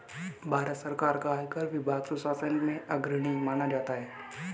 भारत सरकार का आयकर विभाग सुशासन में अग्रणी माना जाता है